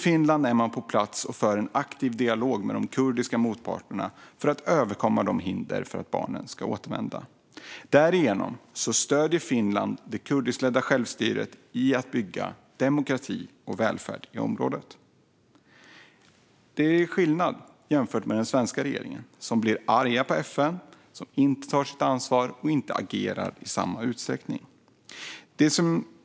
Finland är på plats och för en aktiv dialog med de kurdiska motparterna för att överkomma de hinder som finns för att barnen ska återvända. Därigenom stöder Finland det kurdiska självstyret i att bygga demokrati och välfärd i området. Det är skillnaden jämfört med den svenska regeringen, som blir arg på FN, inte tar sitt ansvar och inte agerar i samma utsträckning.